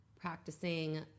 practicing